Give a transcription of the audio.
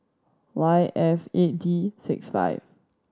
Y F eight D six five